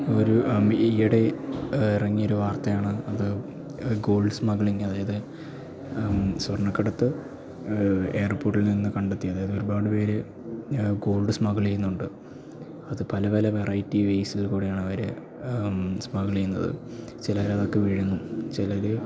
ഒരു ഈയിടെ ഇറങ്ങിയ ഒരു വാർത്തയാണ് അത് ഗോൾഡ് സ്മഗ്ലിങ് അതായത് സ്വർണ്ണക്കടത്ത് എയർപോട്ടിൽനിന്ന് കണ്ടെത്തി അതായത് ഒരുപാട് പേര് ഗോൾഡ് സ്മഗ്ള് ചെയ്യുന്നുണ്ട് അത് പല പല വെറൈറ്റി വേസിൽകൂടെയാണവർ സ്മഗ്ള് ചെയ്യുന്നത് ചിലർ അതൊക്കെ വിഴുങ്ങും ചിലർ